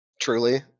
Truly